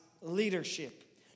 leadership